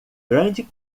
grande